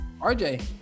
RJ